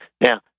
Now